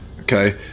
Okay